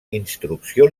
instrucció